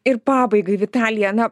ir pabaigai vitalija na